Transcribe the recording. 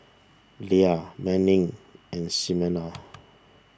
Lia Manning and Ximena